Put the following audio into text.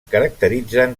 caracteritzen